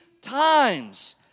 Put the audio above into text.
times